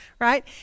right